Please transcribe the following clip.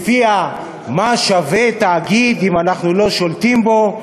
שלפיה "מה שווה התאגיד אם אנחנו לא שולטים בו",